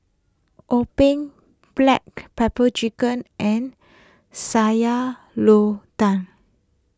Tumpeng Black Pepper Chicken and Sayur Lodeh